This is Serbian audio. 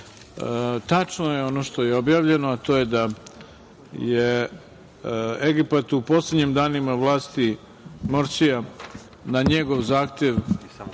tačno je ono što je objavljeno, a to je da je Egipat u poslednjim danima vlasti Morsija, na njegov zahtev